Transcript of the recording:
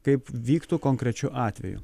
kaip vyktų konkrečiu atveju